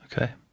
Okay